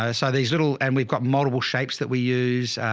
ah so these little, and we've got multiple shapes that we use.